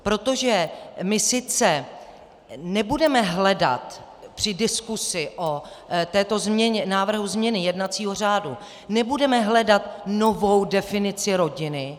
Protože my sice nebudeme hledat při diskusi o této změně, návrhu změny jednacího řádu, nebudeme hledat novou definici rodiny.